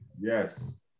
Yes